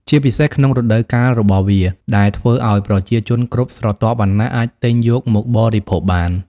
ជាពិសេសក្នុងរដូវកាលរបស់វា ដែលធ្វើឲ្យប្រជាជនគ្រប់ស្រទាប់វណ្ណៈអាចទិញយកមកបរិភោគបាន។